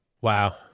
Wow